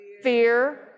Fear